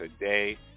today